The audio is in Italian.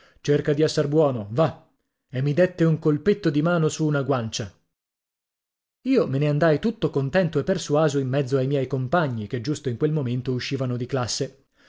cerca di esser buono va e mi dètte un colpetto di mano su una guancia io me ne andai tutto contento e persuaso in mezzo ai miei compagni che giusto in quel momento uscivano di classe